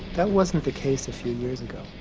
that wasn't the case a few years ago,